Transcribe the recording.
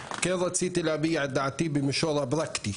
אבל כן רציתי להביע את דעתי במישור הפרקטי.